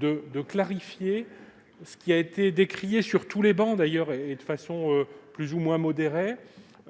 de clarifier ce qui a été décrié sur toutes les travées de façon plus ou moins modérée,